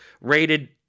rated